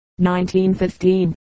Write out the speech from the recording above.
1915